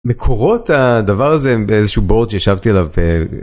מקורות הדבר הזה הם באיזשהו בורד שישבתי עליו ב...